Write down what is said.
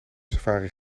safari